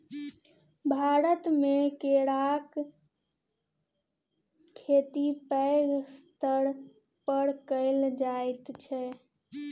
भारतमे केराक खेती पैघ स्तर पर कएल जाइत छै